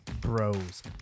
Bros